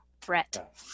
threat